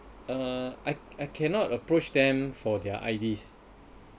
uh I I cannot approach them for their I_Ds